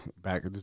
back